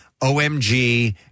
OMG